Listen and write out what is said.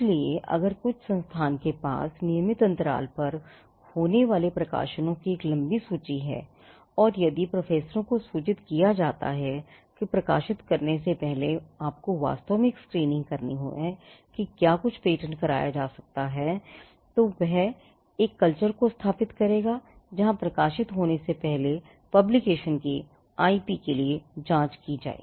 इसलिए अगर कुछ संस्थान के पास नियमित अंतराल पर होने वाले प्रकाशनों की एक लंबी सूची है और यदि प्रोफेसरों को सूचित किया जाता है कि प्रकाशित करने से पहले आपको वास्तव में एक स्क्रीनिंग करनी है कि क्या कुछ पेटेंट कराया जा सकता है तो वह एक कल्चर को स्थापित करेगा जहां प्रकाशित होने से पहले पब्लिकेशन की आईपी के लिए जांच की जाए